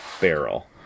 barrel